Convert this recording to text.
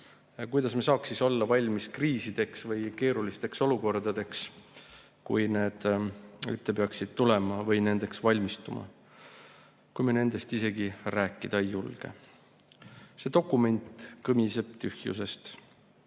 Kuidas me saaks siis olla valmis kriisideks või keerulisteks olukordadeks, kui need peaksid tulema, või nendeks valmistuma, kui me nendest isegi rääkida ei julge. See dokument kõmiseb tühjusest.